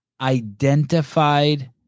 identified